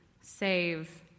save